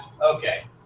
Okay